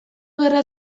gerra